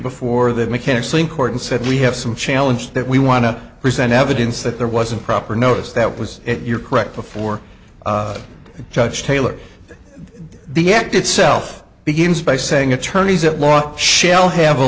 before the mechanics in court and said we have some challenge that we want to present evidence that there wasn't proper notice that was it your correct before the judge taylor the act itself begins by saying attorneys at law shall have a